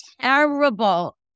terrible